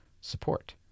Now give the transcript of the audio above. support